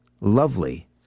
lovely